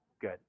good